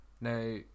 Now